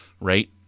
right